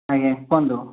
ଆଜ୍ଞା କୁହନ୍ତୁ